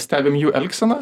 stebim jų elgseną